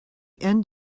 end